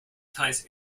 ties